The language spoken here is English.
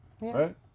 Right